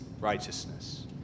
righteousness